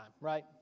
right